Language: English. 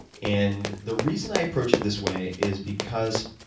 and the reason i approach it this way is because,